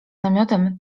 namiotem